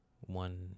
one